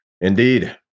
Indeed